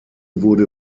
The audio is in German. wurde